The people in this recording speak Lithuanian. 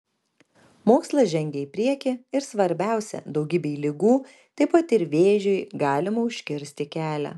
mokslas žengia į priekį ir svarbiausia daugybei ligų taip pat ir vėžiui galima užkirsti kelią